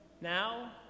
now